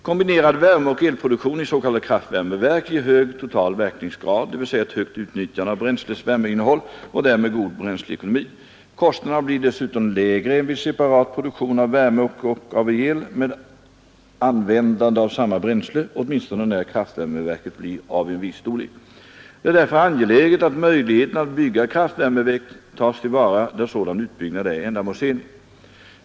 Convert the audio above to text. Kombinerad värmeoch elproduktion i s.k. kraftvärmeverk ger hög total verkningsgrad, dvs. ett högt utnyttjande av bränslets värmeinnehåll, och därmed god bränsleekonomi. Kostnaderna blir dessutom lägre än vid separat produktion av värme och av el med användande av samma bränsle, åtminstone när kraftvärmeverket blir av en viss storlek. Det är därför angeläget att möjligheterna att bygga kraftvärmeverk tas till vara där sådan utbyggnad är ändamålsenlig.